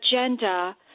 agenda